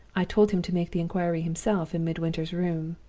i told him to make the inquiry himself in midwinter's room.